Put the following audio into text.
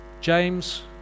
James